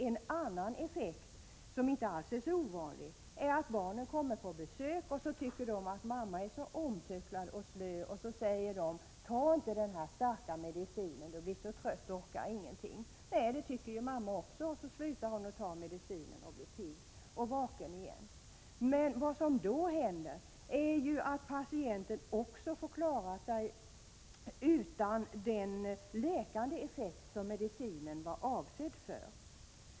En annan effekt som inte heller är så ovanlig är att barnen som kommer på besök tycker att mamma är slö och omtöcknad och därför uppmanar henne att inte ta denna starka medicin, eftersom hon blir trött och orkeslös. Det tycker ju mamma också, varför hon slutar att ta medicinen och blir pigg och vaken. Men vad som då händer är ju att patienten också får klara sig utan den läkande effekt som medicinen var avsedd att ha.